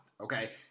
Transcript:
Okay